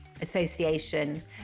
Association